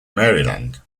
maryland